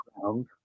ground